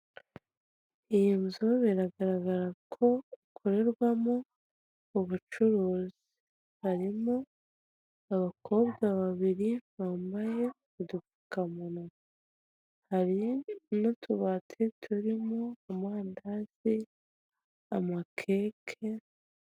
Iyi nzu biragaragara ko ikorerwamo ubucuruzi, harimo abakobwa babiri bambaye udupfukamunwa, hari n'utubati turimo amandazi, amakeke